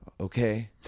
Okay